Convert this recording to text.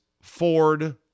Ford